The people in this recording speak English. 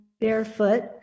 barefoot